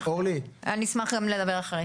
אשמח לדבר אחרי.